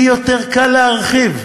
לי יותר קל להרחיב.